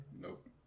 Nope